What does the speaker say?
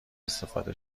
استفاده